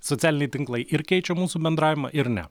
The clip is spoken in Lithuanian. socialiniai tinklai ir keičia mūsų bendravimą ir ne